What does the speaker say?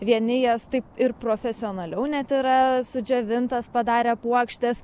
vieni jas taip ir profesionaliau net yra sudžiovintos padarę puokštes